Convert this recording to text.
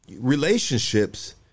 relationships